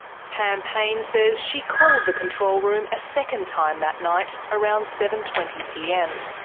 pam payne says she called the control room a second time that night, around seven twenty pm.